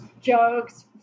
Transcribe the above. jokes